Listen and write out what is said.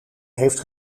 heeft